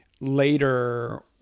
later